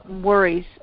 worries